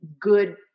good